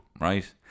right